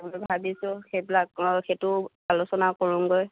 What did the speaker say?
তাকে বোলো ভাবিছোঁ সেইবিলাক অ সেইটোও আলোচনা কৰোঁগৈ